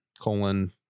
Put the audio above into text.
colon